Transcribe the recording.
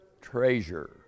treasure